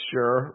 Sure